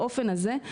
באופן הזה,